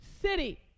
city